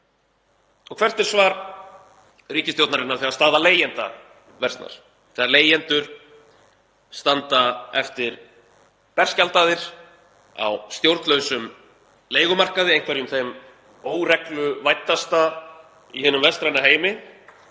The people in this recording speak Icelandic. Og hvert er svar ríkisstjórnarinnar þegar staða leigjenda versnar, þegar leigjendur standa eftir berskjaldaðir á stjórnlausum leigumarkaði, einhverjum þeim óregluvæddasta í hinum vestræna heimi?